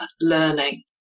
learning